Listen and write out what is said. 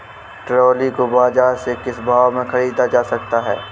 Trolley को बाजार से किस भाव में ख़रीदा जा सकता है?